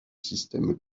système